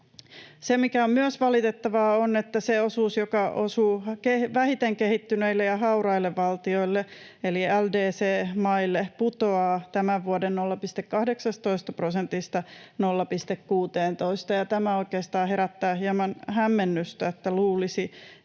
Se, mikä on myös valitettavaa, on se, että se osuus, joka osuu vähiten kehittyneille ja hauraille valtioille eli LDC-maille, putoaa tämän vuoden 0,18 prosentista 0,16:een, ja tämä oikeastaan herättää hieman hämmennystä, niin että luulisi,